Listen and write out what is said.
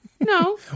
No